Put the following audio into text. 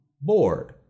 bored